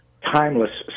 Timeless